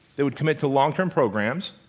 they would commit to long-term programs,